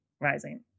rising